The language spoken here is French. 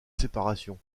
séparation